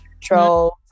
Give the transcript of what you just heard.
control